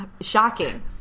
Shocking